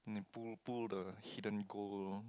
then they pull pull the hidden gold lor